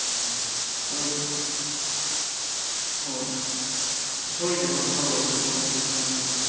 ꯎꯝ ꯍꯣꯏ ꯁꯣꯏꯗꯅꯕ ꯇꯧꯔꯁꯤꯀꯣ ꯑꯗꯨꯗꯤ ꯍꯟꯗꯛꯇꯤ